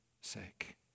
sake